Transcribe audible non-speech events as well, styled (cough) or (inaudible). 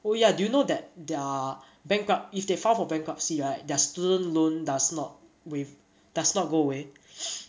oh ya do you know that that they're bankrupt if they filed for bankruptcy right their student loan does not wa~ does not go away (noise)